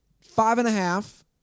Five-and-a-half